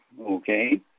Okay